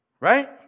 right